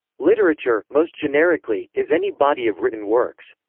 literature, most generically, is any body of written works.